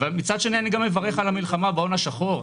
אני מברך על המלחמה בהון השחור,